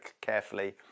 carefully